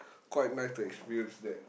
quite nice to experience that